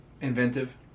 inventive